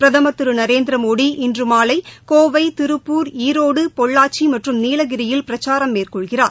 பிரதமர் திருநரேந்திரமோடி இன்றுமாலைகோவை திருப்பூர் ஈரோடு பொள்ளாச்சிமற்றும் நீலகிரியில் பிரச்சாரம் மேற்கொள்கிறார்